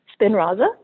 Spinraza